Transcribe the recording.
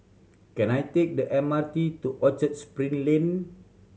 can I take the M R T to Orchard Spring Lane